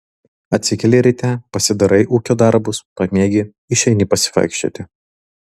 atsikeli ryte pasidarai ūkio darbus pamiegi išeini pasivaikščioti